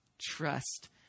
trust